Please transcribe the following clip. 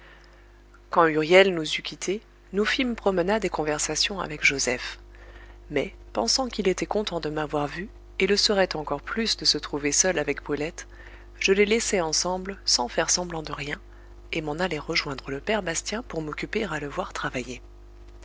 quand huriel nous eut quittés nous fîmes promenade et conversation avec joseph mais pensant qu'il était content de m'avoir vu et le serait encore plus de se trouver seul avec brulette je les laissai ensemble sans faire semblant de rien et m'en allai rejoindre le père bastien pour m'occuper à le voir travailler